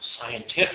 scientific